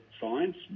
science